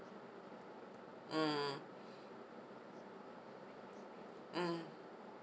mm mm